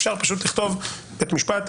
אפשר פשוט לכתוב שבית משפט,